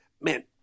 Man